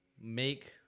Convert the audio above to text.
make